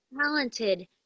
talented